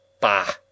bah